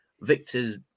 Victor's